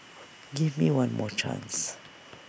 give me one more chance